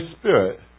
Spirit